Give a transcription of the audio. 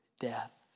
death